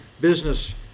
business